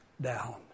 down